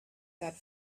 that